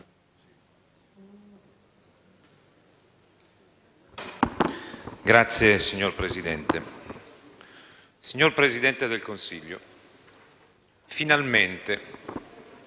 *(CoR)*. Signor Presidente, signor Presidente del Consiglio: finalmente.